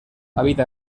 habita